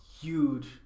huge